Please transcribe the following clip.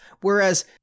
Whereas